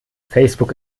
facebook